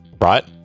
Right